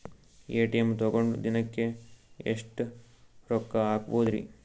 ATM ತಗೊಂಡ್ ದಿನಕ್ಕೆ ಎಷ್ಟ್ ರೊಕ್ಕ ಹಾಕ್ಬೊದ್ರಿ?